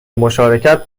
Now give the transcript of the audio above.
مشارکت